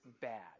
bad